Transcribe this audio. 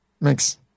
makes